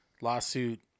lawsuit